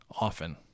often